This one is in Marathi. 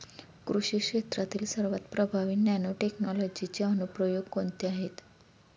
कृषी क्षेत्रातील सर्वात प्रभावी नॅनोटेक्नॉलॉजीचे अनुप्रयोग कोणते आहेत?